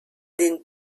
den